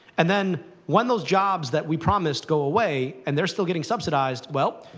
and then when those jobs that we promised go away and they're still getting subsidized, well,